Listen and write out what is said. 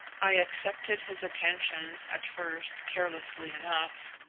i accepted his attentions at first carelessly enough.